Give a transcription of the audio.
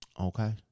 Okay